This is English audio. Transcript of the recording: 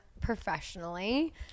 professionally